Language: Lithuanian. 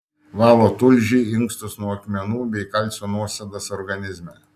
valo tulžį inkstus nuo akmenų bei kalcio nuosėdas organizme